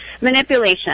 manipulation